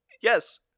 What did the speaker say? Yes